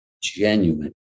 genuine